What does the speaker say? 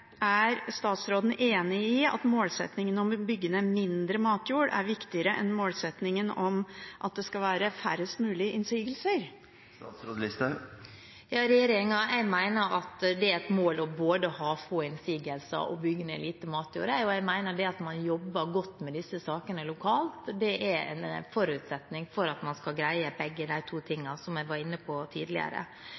Er statsråden enig i at målsettingen om å bygge ned mindre matjord er viktigere enn målsettingen om at det skal være færrest mulig innsigelser? Jeg mener det er et mål både å ha få innsigelser og bygge ned lite matjord, og jeg mener man jobber godt med disse sakene lokalt. Det er en forutsetning for at man skal greie begge de to tingene, som jeg var inne på tidligere.